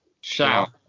Shout